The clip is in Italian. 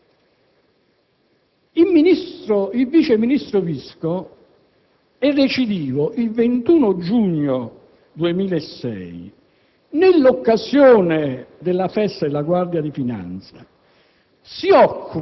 Mosca Moschini rispose a Visco che, per quanto riguardava gli impieghi ed i trasferimenti relativi alla Guardia di finanza, la competenza era sua esclusiva